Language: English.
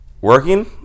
working